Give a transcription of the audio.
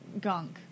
gunk